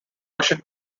russian